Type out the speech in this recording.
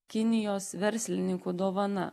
kinijos verslininkų dovana